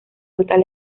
rutas